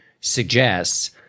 suggests